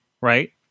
right